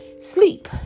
sleep